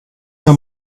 wenn